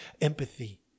empathy